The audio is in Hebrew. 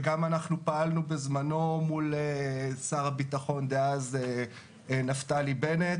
וגם אנחנו פעלנו בזמנו מול שר הביטחון דאז נפתלי בנט.